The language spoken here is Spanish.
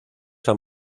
han